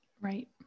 Right